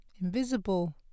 invisible